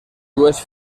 dues